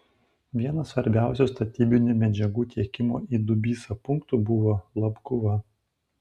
vienas svarbiausių statybinių medžiagų tiekimo į dubysą punktų buvo labguva